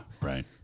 right